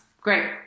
Great